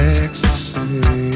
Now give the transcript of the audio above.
ecstasy